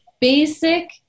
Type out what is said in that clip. basic